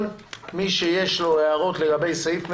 כל מי שיש לו הערות לגבי סעיף מסוים,